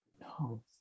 No